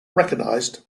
recognized